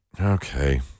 Okay